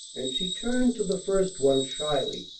and she turned to the first one shyly.